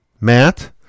Matt